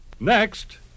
Next